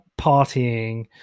partying